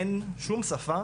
אין שום שפה,